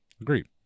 Agreed